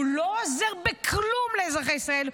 הוא לא עוזר בכלום לאזרחי ישראל,